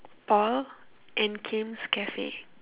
Paul and Kim's cafe